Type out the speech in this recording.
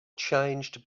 changed